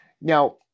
now